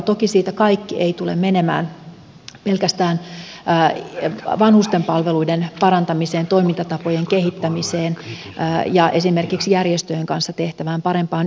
toki siitä kaikki ei tule menemään pelkästään vanhusten palveluiden parantamiseen toimintatapojen kehittämiseen ja esimerkiksi järjestöjen kanssa tehtävään parempaan yhteistyöhön